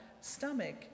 stomach